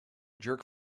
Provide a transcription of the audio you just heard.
jerk